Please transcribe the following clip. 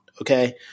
okay